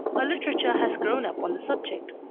a literature has grown up on the subject.